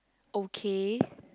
okay